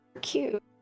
Cute